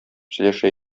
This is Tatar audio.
сөйләшә